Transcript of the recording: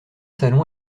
salons